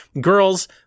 girls